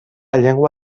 llengua